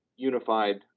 unified